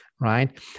right